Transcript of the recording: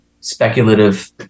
speculative